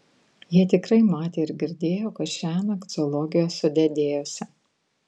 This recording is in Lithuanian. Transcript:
jie tikrai matė ir girdėjo kas šiąnakt zoologijos sode dėjosi